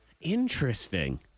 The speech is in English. interesting